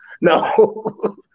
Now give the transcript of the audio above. No